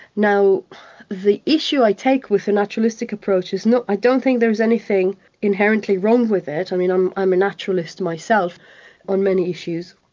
now the issue i take with the naturalistic approach is i don't think there's anything inherently wrong with it, i mean i'm i'm a naturalist myself on many issues,